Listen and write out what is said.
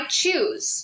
choose